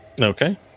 Okay